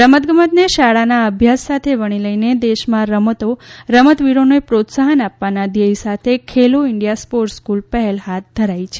રમતગમતને શાળાના અભ્યાસ સાથે વણી લઈને દેશમાં રમતો રમતવીરોને પ્રોત્સાહન આપવાના ધ્યેય સાથે ખેલો ઇન્ડિયા સ્પોર્ટ્સ સ્કુલ પહેલ હાથ ધરાઈ છે